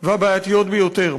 והבעייתיות ביותר.